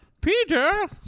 Peter